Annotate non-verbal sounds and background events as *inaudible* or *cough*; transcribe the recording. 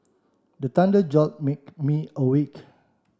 the thunder jolt *unintelligible* me awake